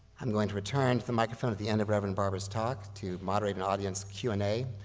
i'm going to return the microphone at the end of reverend barber's talk to moderate an audience q and a,